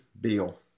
Bill